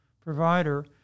provider